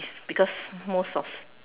because most of